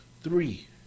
Three